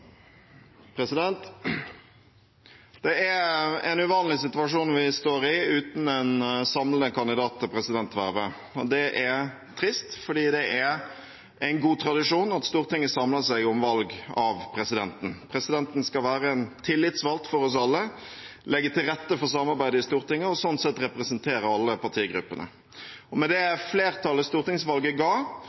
Det er en uvanlig situasjon vi står i, uten en samlende kandidat til presidentvervet. Det er trist, fordi det er en god tradisjon at Stortinget samler seg om valg av presidenten. Presidenten skal være en tillitsvalgt for oss alle, legge til rette for samarbeidet i Stortinget og sånn sett representere alle partigruppene. Med det flertallet stortingsvalget ga,